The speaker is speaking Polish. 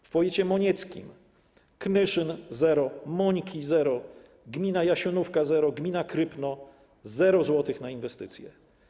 W powiecie monieckim: Knyszyn - zero, Mońki - zero, gmina Jasionówka - zero, gmina Krypno - zero zł na inwestycje.